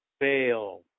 fail